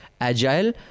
agile